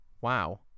wow